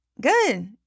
Good